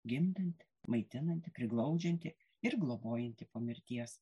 gimdanti maitinanti priglaudžianti ir globojanti po mirties